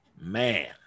man